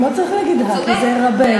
גם לא צריך להגיד "ה", כי זה "רבנו".